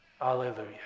hallelujah